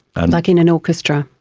and like in an orchestra.